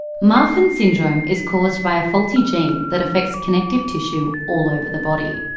marfan's syndrome is caused by a faulty gene that affects connective tissue all over the body.